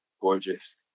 gorgeous